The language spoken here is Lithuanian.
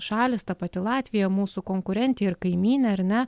šalys ta pati latvija mūsų konkurentė ir kaimynė ar ne